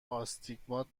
آستیگمات